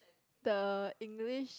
the English